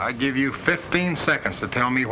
i give you fifteen seconds to tell me